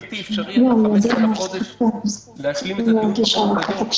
זה בלתי אפשרי להשלים את הדיון בחוק הגדול.